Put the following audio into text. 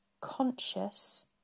conscious